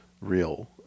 real